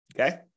Okay